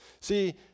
See